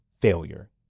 failure